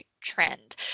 trend